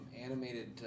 animated